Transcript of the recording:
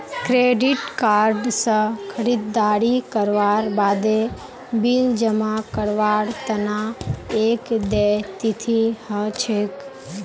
credit card स खरीददारी करवार बादे बिल जमा करवार तना एक देय तिथि ह छेक